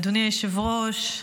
אדוני היושב-ראש,